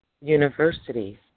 universities